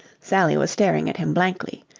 sally was staring at him blankly.